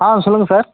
ஆ சொல்லுங்கள் சார்